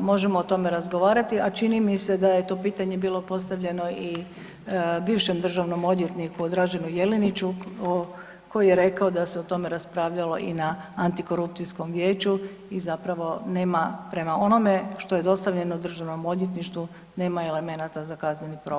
možemo o tome razgovarati, a čini mi se da je to pitanje bilo postavljeno i bivšem državnom odvjetniku Draženu Jeliniću o, koji je rekao da se o tome raspravljalo i na Antikorupcijskom vijeću i zapravo nema, prema onome što je dostavljeno DORH-u nema elemenata za kazneni progon.